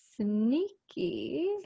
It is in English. sneaky